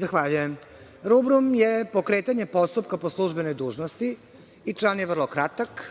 Zahvaljujem. Rubrum je pokretanje postupka po službenoj dužnosti i član je vrlo kratak